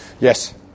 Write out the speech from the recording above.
Yes